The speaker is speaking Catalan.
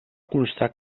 constar